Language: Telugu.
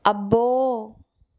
అబ్బో